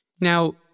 Now